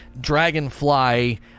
Dragonfly